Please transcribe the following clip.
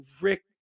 Rick